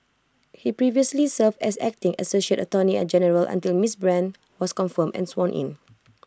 he previously served as acting associate Attorney general until miss brand was confirmed and sworn in